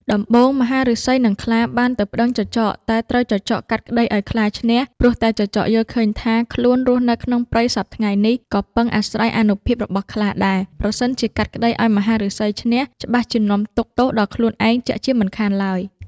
ដំបូង មហាឫសី និងខ្លាបានទៅប្តឹងចចក តែត្រូវចចកកាត់ក្តីឱ្យខ្លាឈ្នះ ព្រោះតែចចកយល់ឃើញថា ខ្លួន រស់នៅក្នុងព្រៃសព្វថ្ងៃនេះ ក៏ពឹងអាស្រ័យអានុភាពរបស់ខ្លាដែរ ប្រសិនជាកាត់ក្តីឱ្យមហាឫសីឈ្នះ ច្បាស់ជានាំទុក្ខទោសដល់ខ្លួនឯងជាក់ជាមិនខានឡើយ។